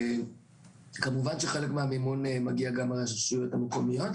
כמובן שחלק מהמימון מגיע גם מהרשויות המקומיות,